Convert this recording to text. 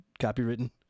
copywritten